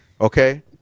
Okay